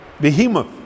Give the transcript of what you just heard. Behemoth